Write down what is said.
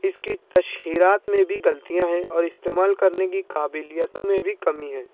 اس کی تشہیرات میں بھی غلطیاں ہیں اور استعمال کرنے کی قابلیتوں میں بھی کمی ہیں